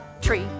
tree